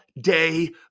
day